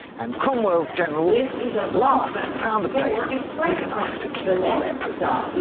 and cromwell's generals at last found a place big enough to keep all their prisoners